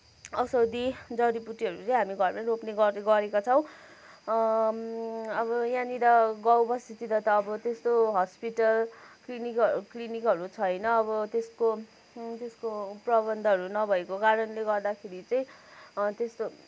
औषधी जडीबुटीहरू चाहिँ हामी घरमै रोप्ने गरेका छौँ अब यहाँनिर गाउँ बस्तीतिर त अब त्यस्तो हस्पिटल क्लिनिक क्लिनिकहरू छैन अब त्यसको त्यसको प्रबन्धहरू नभएको कारणले गर्दाखेरि चाहिँ त्यस्तो